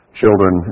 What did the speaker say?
children